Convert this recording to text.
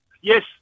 Yes